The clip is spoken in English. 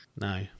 No